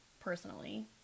personally